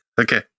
Okay